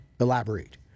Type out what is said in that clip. elaborate